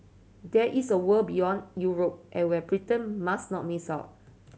there is a world beyond Europe and where Britain must not miss out